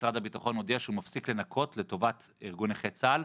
משרד הביטחון הודיע שהוא מפסיק לנכות דמי חבר לטובת ארגון נכי צה"ל,